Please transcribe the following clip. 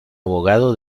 abogado